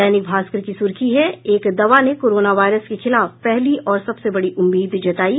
दैनिक भास्कर की सुर्खी है एक दवा ने कोरोना वायरस के खिलाफ पहली और सबसे बड़ी उम्मीद जगायी